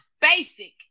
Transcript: basic